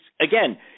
again